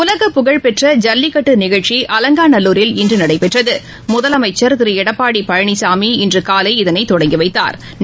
உலக புகழ்பெற்ற ஜல்லிக்கட்டுநிகழ்ச்சி அலங்காநல்லூரில் இன்றுநடைபெற்றது முதலமைச்சா் திருஎடப்பாடிபழனிசாமி இன்றுகாலை இதனைதொடங்கிவைத்தாா்